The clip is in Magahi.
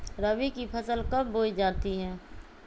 रबी की फसल कब बोई जाती है?